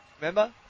Remember